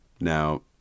Now